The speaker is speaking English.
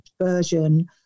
version